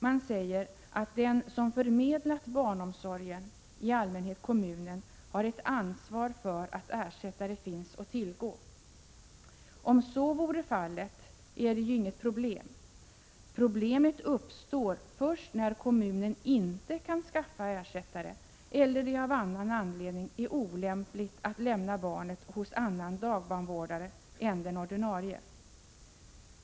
Man säger att den som förmedlat barnomsorgen, i allmänhet kommunen, har ett ansvar för att ersättare finns att tillgå. Om så vore fallet vore det inget problem. Problemet uppstår först när kommunen inte kan skaffa ersättare, eller det av annan anledning är olämpligt att lämna barnet hos annan dagbarnvårdare än den ordinarie.